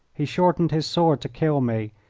he shortened his sword to kill me,